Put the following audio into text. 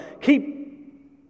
Keep